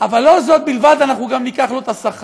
אבל לא זאת בלבד, אנחנו גם ניקח לו את השכר.